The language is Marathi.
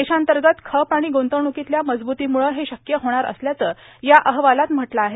देशांतगत खप आर्मण ग्रंतवण्कोतल्या मजब्रतीम्रळ हे शक्य होणार असल्याचं या अहवालात म्हटलं आहे